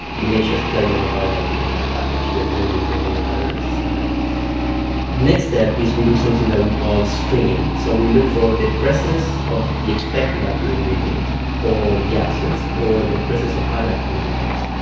you may just tell them apart by looking at the package, there is no need for chemical analysis sometimes. the next step is we do something that we call screening. so we look for the presence of the expected like active ingredient or the absence, or the presence of other active ingredients.